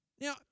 Now